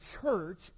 church